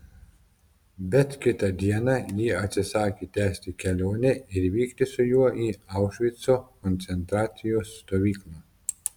bet kitą dieną ji atsisakė tęsti kelionę ir vykti su juo į aušvico koncentracijos stovyklą